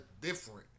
different